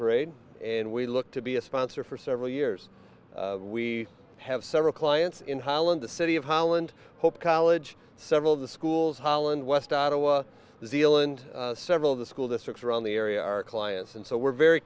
parade and we look to be a sponsor for several years we have several clients in holland the city of holland hope college several of the schools holland west out of zealand several of the school districts around the area our clients and so we're very